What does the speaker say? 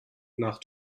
nach